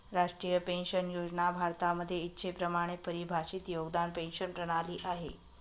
राष्ट्रीय पेन्शन योजना भारतामध्ये इच्छेप्रमाणे परिभाषित योगदान पेंशन प्रणाली आहे